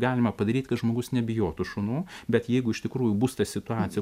galima padaryt kad žmogus nebijotų šunų bet jeigu iš tikrųjų bus ta situacija